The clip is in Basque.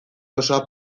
osoa